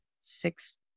six